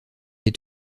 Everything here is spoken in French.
est